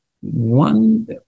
One